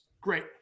great